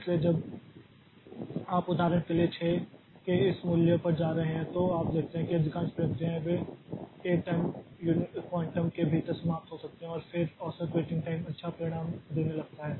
इसलिए जब आप उदाहरण के लिए 6 के इस मूल्य पर जा रहे हैं तो आप देखते हैं कि अधिकांश प्रक्रियाएं वे 1 टाइम क्वांटम के भीतर समाप्त हो सकती हैं और फिर औसत वेटिंग टाइम अच्छा परिणाम देने लगता है